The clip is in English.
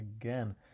again